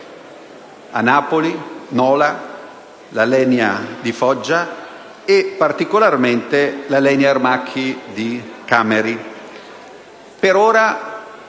(Napoli), l'Alenia di Foggia e particolarmente l'Alenia Aermacchi di Cameri. Per ora